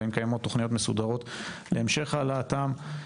והאם קיימות תוכניות מסודרות להמשך העלאתם.